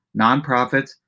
nonprofits